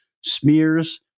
smears